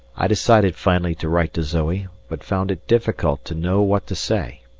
i decided finally to write to zoe, but found it difficult to know what to say.